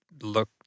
look